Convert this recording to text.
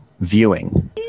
viewing